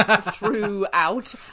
throughout